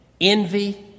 envy